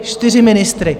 Čtyři ministry.